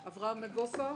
אברהם נגוסה.